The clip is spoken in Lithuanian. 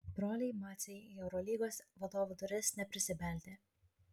broliai maciai į eurolygos vadovų duris neprisibeldė